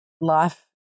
life